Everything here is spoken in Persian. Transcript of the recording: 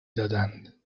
دادن